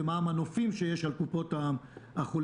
ומה המנופים שיש על קופות החולים.